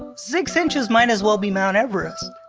six inches might as well be mount everest.